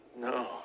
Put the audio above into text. no